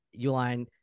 Uline